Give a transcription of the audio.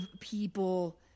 people